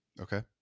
Okay